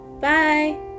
Bye